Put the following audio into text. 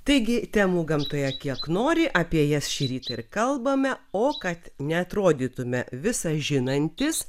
taigi temų gamtoje kiek nori apie jas šįryt ir kalbame o kad neatrodytume visažinantys